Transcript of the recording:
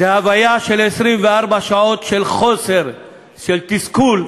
זו הוויה של 24 שעות של חוסר, של תסכול,